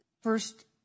first